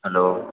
hello